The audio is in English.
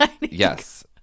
yes